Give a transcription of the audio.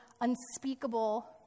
unspeakable